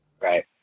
Right